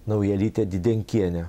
naujalytę didenkienę